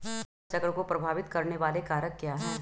फसल चक्र को प्रभावित करने वाले कारक क्या है?